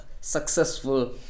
successful